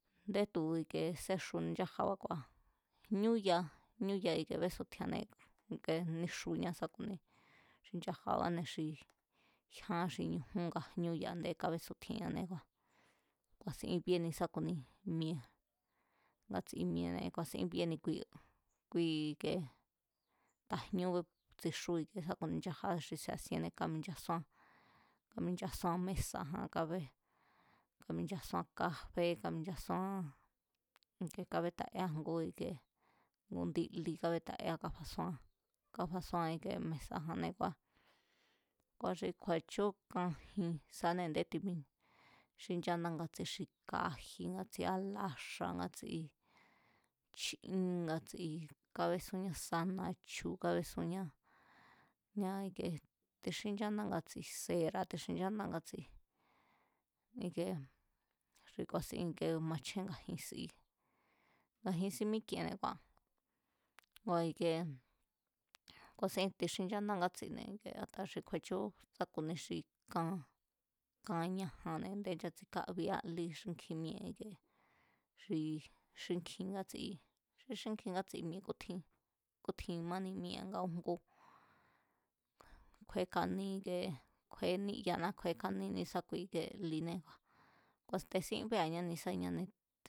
Ndé tu̱ ikie séxu ndi nchájabá kua̱ jñúya, jñúya bésu̱tji̱e̱a̱née̱ ike níxuña sá ku̱ni xi ike ku̱ni xi nchajabáne̱ xi jyán xi ñujún nga jñú yane̱, a̱nde kabesu̱tji̱e̱ane ngaa̱ ku̱a̱sín bíéni sa ku̱ni mi̱e̱, ngatsi mi̱e̱ne̱ ku̱a̱sín bíéni kui, kui ike ta̱jñú tsixúni sá ku̱ni nchajaba xi sea̱siíénné káminchasúán, káminchasúan mésa̱ján kábé, káminchasúan káfé káminchasúan ike kábétaéa ngú ike ngu indí lí kabétaéa káfasúán, káfasúan ike mesa̱janée̱ kua̱, kua̱ xi kju̱e̱chú ka jin sanée̱ nde tim, ti xincha ngatsi xi kaji̱ ngatsi alaxa̱ ngatsi chín ngatsi kábésúnñá sá na̱chu̱ kábésúnñá, ni̱a ikie tixínchándá ngatsi ndi séra̱ tixínchándá ngatsi ikee xi ku̱a̱sín ike machjén nga̱jin sí. Nga̱jin sí mík'iene̱ kua̱ ngua̱ ikie ku̱a̱sín tixínchándá ngátsine̱ yaka xi kju̱e̱chú sá ku̱ni xi kan, kan ñajanne̱ ndé nchatsikábiá lí xínkjín mi̱e̱ ike xi xínkjín ngatsi, xi xínkjin ngásti mi̱e̱ kútjín, kútjin máni mi̱e̱ nga újngú, kju̱e̱é kaní ike kju̱e̱e niyaná, kju̱e̱kání ni̱ísakui line kua̱, ku̱a̱tesín béa̱ñá ne̱sáñane